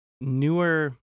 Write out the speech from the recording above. newer